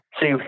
see